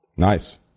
Nice